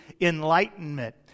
enlightenment